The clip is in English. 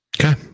Okay